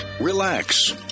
relax